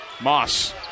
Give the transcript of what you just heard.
Moss